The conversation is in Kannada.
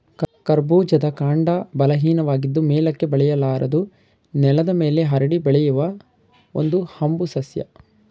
ಕರ್ಬೂಜದ ಕಾಂಡ ಬಲಹೀನವಾಗಿದ್ದು ಮೇಲಕ್ಕೆ ಬೆಳೆಯಲಾರದು ನೆಲದ ಮೇಲೆ ಹರಡಿ ಬೆಳೆಯುವ ಒಂದು ಹಂಬು ಸಸ್ಯ